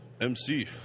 MC